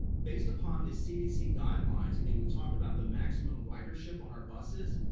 based upon the cdc guidelines. again, we've talked about the maximum ridership on our buses.